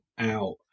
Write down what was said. out